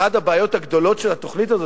אחת הבעיות הגדולות של התוכנית הזאת,